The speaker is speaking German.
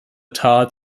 tat